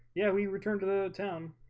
yeah, we return to the town